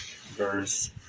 verse